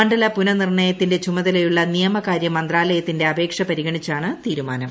മണ്ഡല പുനർനിർണയത്തിന്റെ ചുമതലയുള്ള നിയമകാര്യ മന്ത്രാല്ലയത്തിന്റെ അപേക്ഷ പരിഗണിച്ചാണ് തീരുമാനം